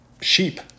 sheep